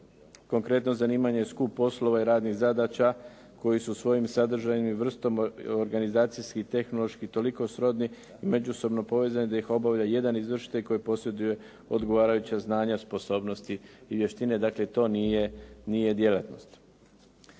konkretno zanimanje je skup poslova i radnih zadaća koji su svojim sadržajem i vrstom organizacijski i tehnološki toliko srodni i međusobno povezani da ih obavlja jedan izvršitelj koji posjeduje odgovarajuća znanja, sposobnosti i vještine, dakle to nije djelatnost.